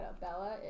Bella